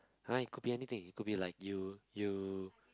!huh! it could be anything it could be like you you